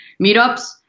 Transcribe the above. meetups